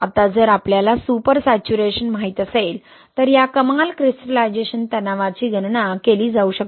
आता जर आपल्याला सुपर सॅच्युरेशन माहित असेल तर या कमाल क्रिस्टलायझेशन तणावाची गणना केली जाऊ शकते